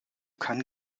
kein